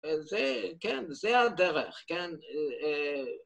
‫זה, כן, זה הדרך, כן.